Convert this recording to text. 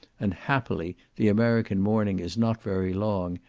and happily the american morning is not very long,